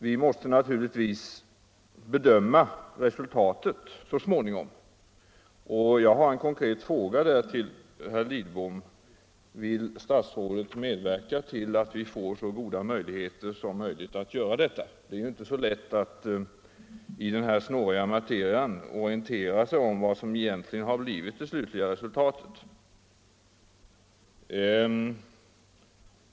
Vi måste naturligtvis bedöma resultatet så småningom. Jag har en konkret fråga till herr Lidbom: Vill statsrådet medverka till att vi får goda möjligheter att göra det? Det är inte så lätt att i denna snåriga materia av kategorier hyresgäster och hyresobjekt orientera sig om det slutliga resultatet.